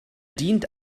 dient